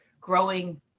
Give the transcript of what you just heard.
growing